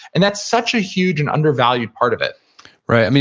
and that's such a huge and undervalued part of it right.